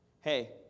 hey